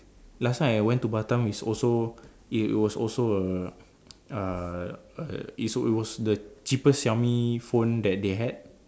last time I went to Batam is also it was also a uh it was the cheapest Xiaomi phone that they had